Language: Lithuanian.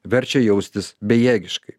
verčia jaustis bejėgiškai